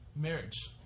Marriage